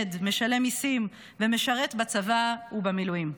משלם מיסים ומשרת בצבא ובמילואים.